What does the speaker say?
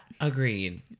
Agreed